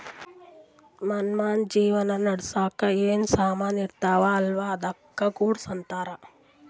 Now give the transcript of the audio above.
ಮನ್ಶ್ಯಾಗ್ ಜೀವನ ನಡ್ಸಾಕ್ ಏನ್ ಸಾಮಾನ್ ಇರ್ತಾವ ಅಲ್ಲಾ ಅದ್ದುಕ ಗೂಡ್ಸ್ ಅಂತಾರ್